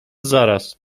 zaraz